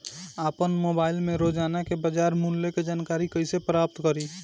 आपन मोबाइल रोजना के बाजार मुल्य के जानकारी कइसे प्राप्त करी?